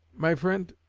my friend,